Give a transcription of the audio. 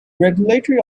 regulatory